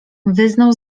wyznał